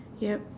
yup